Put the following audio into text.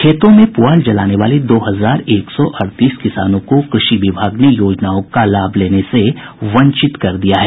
खेतों में प्रआल जलाने वाले दो हजार एक सौ अड़तीस किसानों को कृषि विभाग ने योजनाओं का लाभ लेने से वंचित कर दिया है